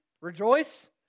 Rejoice